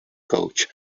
coach